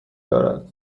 دارد